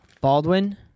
Baldwin